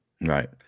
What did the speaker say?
Right